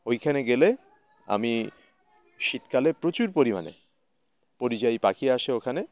ওইখানে গেলে আমি শীতকালে প্রচুর পরিমাণে পরিযায়ী পাখি আসে ওখানে